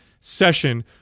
session